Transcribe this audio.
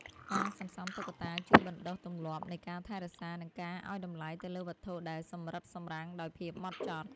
ការសន្សំតុក្កតាជួយបណ្ដុះ ទម្លាប់នៃការថែរក្សា និងការឱ្យតម្លៃទៅលើវត្ថុដែលសម្រិតសម្រាំងដោយភាពហ្មត់ចត់។